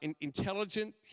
intelligent